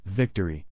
victory